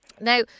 Now